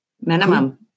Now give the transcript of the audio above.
Minimum